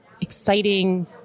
exciting